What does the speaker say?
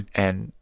and.